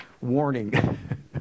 Warning